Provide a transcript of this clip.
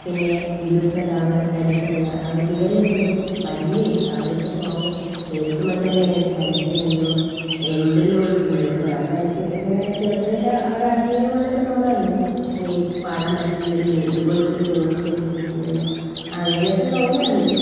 പിന്നെ വിധുപ്രതാപ് ഹരിശങ്കർ അവർ ഇവരെയൊക്കെ എനിക്ക് വലിയ ഇഷ്ടമാണ് അവരെയൊക്കെ സോങ്ങ് കേൾക്കുമ്പം തന്നെ മനസ്സിനെന്തോ എന്തെല്ലോ ഒരു കുളിർമഴ വരും അപ്പോൾ എനിക്ക് ഇങ്ങനെ ചിലപ്പോഴൊക്കെ ഒരസൂയ പോലെയൊക്കെ തോന്നാറുണ്ട് പിന്നെ എനിക്ക് പാടാൻ പറ്റിയില്ലല്ലോ ഇതുപോലത്തെ ഒരു വോയിസ് എനിക്ക് കിട്ടിയില്ലലോ അങ്ങനെയൊക്കെ തോന്നാറുണ്ട്